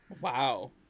Wow